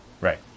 Right